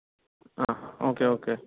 okay okay